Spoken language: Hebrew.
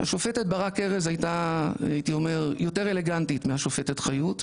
השופטת ברק ארז הייתה הייתי אומר יותר אלגנטית מהשופטת חיות,